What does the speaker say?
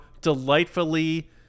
delightfully